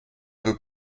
peu